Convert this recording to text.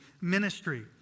ministry